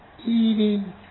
eating